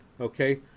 Okay